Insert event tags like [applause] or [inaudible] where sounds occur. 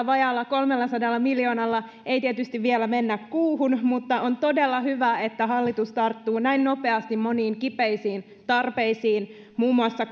[unintelligible] vajaalla kolmellasadalla miljoonalla ei tietysti vielä mennä kuuhun mutta on todella hyvä että hallitus tarttuu näin nopeasti moniin kipeisiin tarpeisiin muun muassa [unintelligible]